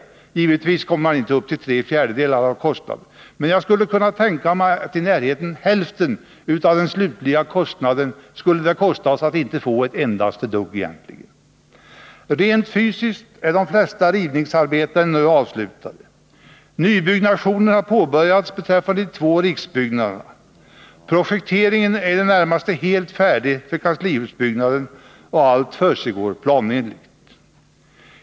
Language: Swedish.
Givetvis blev det inte tre fjärdedelar av kostnaden, men jag skulle kunna tänka mig att det skulle kosta oss nära hälften av den slutliga kostnaden att egentligen inte få ett endaste dugg. Rent fysiskt är de flesta rivningsarbetena nu avslutade. Nybyggnationen har påbörjats beträffande de två riksbyggnaderna. Projekteringen är i det närmaste helt färdig för kanslihusbyggnaden, och allt försiggår planenligt.